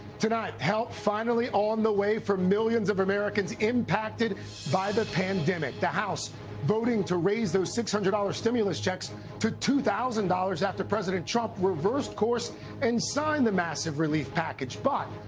tonight, help finally on the way for millions americans impacted by the pandemic. the house voting to raise the six hundred dollars stimulus checks to two thousand dollars after president trump reversed course and signed the massive relief package. but,